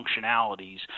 functionalities